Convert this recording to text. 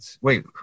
Wait